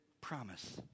promise